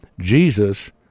Jesus